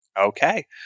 Okay